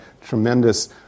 tremendous